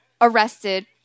arrested